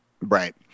Right